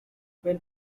when